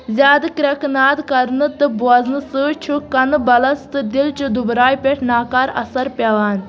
زیادٕ کرٛٮ۪کہٕ ناد کرنہٕ تہٕ بوزنہٕ سۭتۍ چھُ کنہٕ بلَس تہٕ دِلچہِ دُبراے پٮ۪ٹھ ناکار اثر پٮ۪وان